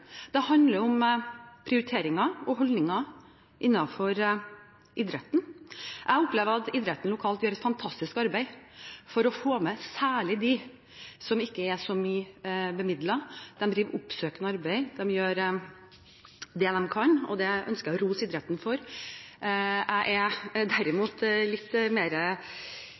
det handler også om prioriteringer og holdninger innenfor idretten. Jeg opplever at idretten lokalt gjør et fantastisk arbeid for å få med særlig dem som ikke er så bemidlet. De driver med oppsøkende arbeid, de gjør det de kan, og det ønsker jeg å rose idretten for. Jeg er derimot litt